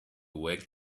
wake